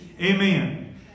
Amen